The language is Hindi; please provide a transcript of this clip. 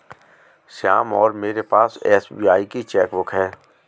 श्याम और मेरे पास एस.बी.आई की चैक बुक है